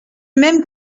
même